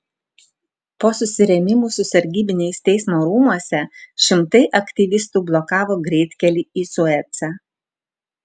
po susirėmimų su sargybiniais teismo rūmuose šimtai aktyvistų blokavo greitkelį į suecą